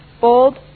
bold